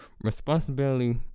Responsibility